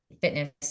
fitness